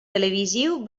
televisiu